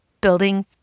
building